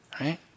right